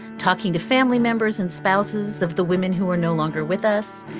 talking to family members and spouses of the women who are no longer with us,